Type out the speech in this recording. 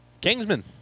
Kingsman